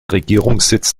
regierungssitz